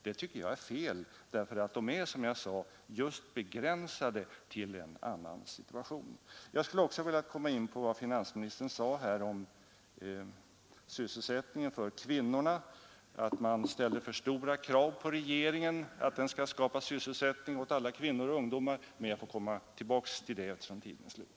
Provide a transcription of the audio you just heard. Det tycker jag är fel, därför att de är, som jag sade, just begränsade till en annan situation. Jag skulle också vilja ta upp vad finansministern sade här om sysselsättningen för kvinnorna, nämligen att man ställer för stora krav på regeringen när man begär att den skall skapa sysselsättning åt alla kvinnor och ungdomar — men jag får komma tillbaka till det, eftersom tiden är slut.